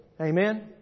Amen